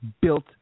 built